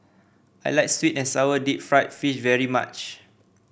I like sweet and sour Deep Fried Fish very much